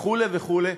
וכו' וכו'.